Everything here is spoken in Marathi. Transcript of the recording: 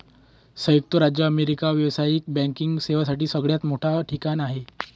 संयुक्त राज्य अमेरिका व्यावसायिक बँकिंग सेवांसाठी सगळ्यात मोठं ठिकाण आहे